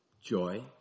joy